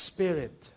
Spirit